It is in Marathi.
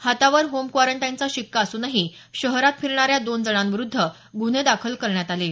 हातावर होम कारंटाईनचा शिक्का असूनही शहरात फिरणाऱ्या दोन जणांविरुद्ध गुन्हे दाखल करण्यात आले आहेत